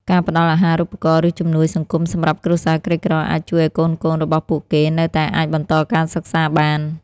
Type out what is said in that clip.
ការផ្តល់អាហារូបករណ៍ ឬជំនួយសង្គមសម្រាប់គ្រួសារក្រីក្រអាចជួយឱ្យកូនៗរបស់ពួកគេនៅតែអាចបន្តការសិក្សាបាន។